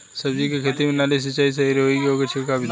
सब्जी के खेती में नाली से सिचाई सही होई या छिड़काव बिधि से?